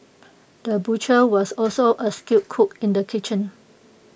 the butcher was also A skilled cook in the kitchen